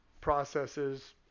processes